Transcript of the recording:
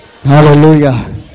Hallelujah